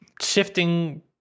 shifting